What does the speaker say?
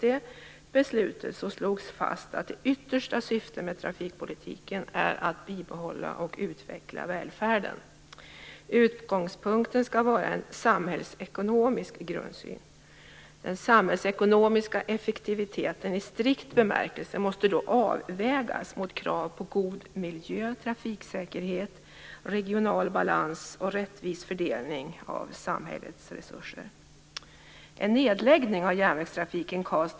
Det beslutet slog fast att yttersta syftet med trafikpolitiken är att bibehålla och utveckla välfärden. Utgångspunkten skall vara en samhällsekonomisk grundsyn. Den samhällsekonomiska effektiviteten i strikt bemärkelse måste då avvägas mot krav på god miljö, trafiksäkerhet, regional balans och rättvis fördelning av samhällets resurser.